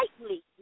Lightly